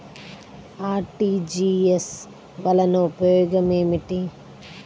RTGS వలన ఉపయోగం ఏమిటీ?